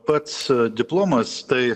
pats diplomas tai